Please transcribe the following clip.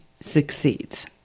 succeeds